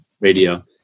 Radio